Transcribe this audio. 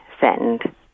send